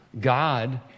God